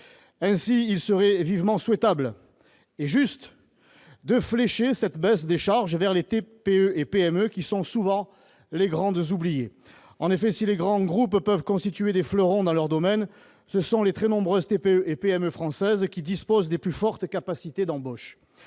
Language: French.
Aussi serait-il vivement souhaitable et juste de flécher cette baisse des charges vers les TPE et PME, qui sont souvent les grandes oubliées. En effet, si les grands groupes peuvent représenter des fleurons dans leur domaine, ce sont les très nombreuses TPE et PME françaises qui disposent des plus fortes capacités d'embauche.